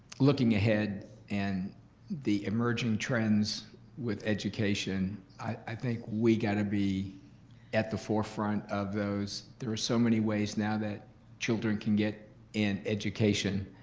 looking ahead and the emerging trends with education. i think we gotta be at the forefront of those. there are so many ways now that children can get an education,